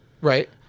Right